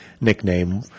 nickname